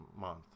month